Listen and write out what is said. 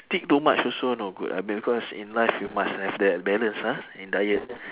steak too much also not good ah because in life you must have that balance ah in diet